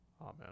Amen